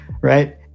right